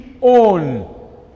on